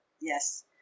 Yes